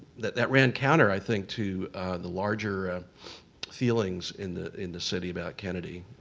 that that ran counter, i think, to the larger feelings in the in the city about kennedy.